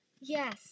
Yes